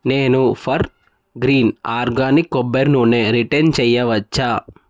నేను for green organic కొబ్బరి నూనె రిటర్న్ చేయవచ్చా